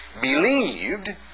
believed